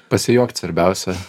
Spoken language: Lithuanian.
pasijuokt svarbiausia